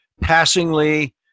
passingly